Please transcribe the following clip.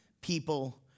people